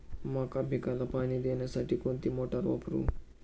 मका पिकाला पाणी देण्यासाठी कोणती मोटार वापरू?